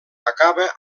acaba